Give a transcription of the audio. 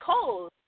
cold